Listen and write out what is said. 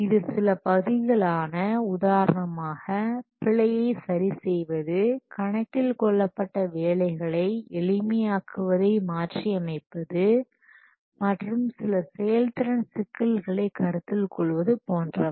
இது சில பகுதிகளான உதாரணமாக பிழையை சரி செய்வது கணக்கில் கொள்ளப்பட்ட வேலைகளை எளிமை ஆக்குவதை மாற்றியமைப்பது மற்றும் சில செயல்திறன் சிக்கல்களை கருத்தில் கொள்வது போன்றவை